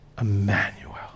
Emmanuel